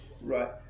Right